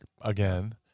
again